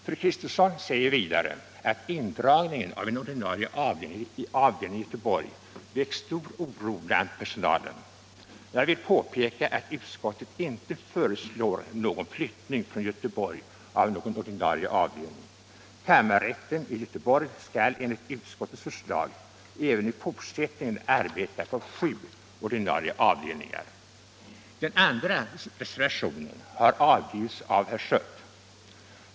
Fru Kristensson säger vidare att indragningen av en ordinarie avdelning i Göteborg väckt stor oro bland personalen där. Jag vill påpeka att utskottet inte föreslår flyttning från Göteborg av någon ordinarie avdelning. Kammarrätten i Göteborg skall enligt utskottets förslag även i fortsättningen arbeta på sju ordinarie avdelningar. Den andra reservationen har avgivits av herr Schött.